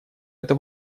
это